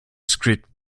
script